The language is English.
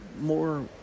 more